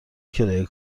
کرایه